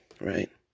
right